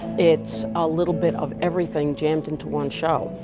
it's a little bit of everything jammed into one show.